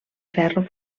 ferro